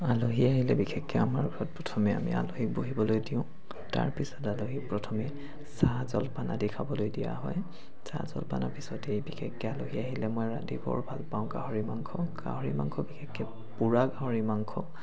আলহী আহিলে বিশেষকৈ আমাৰ ঘৰত প্ৰথমে আমি বহিবলৈ দিওঁ তাৰ পাছত আলহীক প্ৰথমে চাহ জলপান আদি খাবলৈ দিয়া হয় চাহ জলপানৰ পিছতেই বিশেষকৈ আলহী আহিলে মই ৰান্ধি বৰ ভাল পাওঁ গাহৰি মাংস গাহৰি মাংস বিশেষকৈ পোৰা গাহৰি মাংস